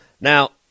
Now